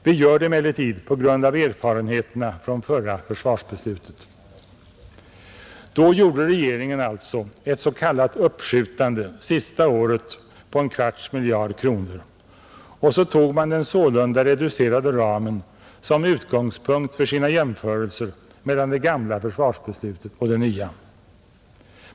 Vi gör det emellertid på grund av erfarenheterna från förra försvarsbeslutet. Då gjorde regeringen alltså ett s.k. uppskjutande sista året på en kvarts miljard kronor och så tog man den sålunda reducerade ramen som utgångspunkt för sina jämförelser mellan det gamla försvarsbeslutet och det nya.